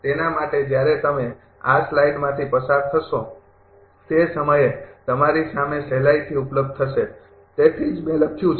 તેના માટે જ્યારે તમે આ સ્લાઇડમાંથી પસાર થશો તે સમયે તમારી સામે સહેલાઇથી ઉપલબ્ધ થશે તેથી જ મેં લખ્યું છે